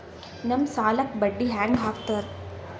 ನಮ್ ಸಾಲಕ್ ಬಡ್ಡಿ ಹ್ಯಾಂಗ ಹಾಕ್ತಾರ?